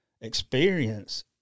experience